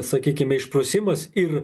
sakykim išprusimas ir